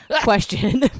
Question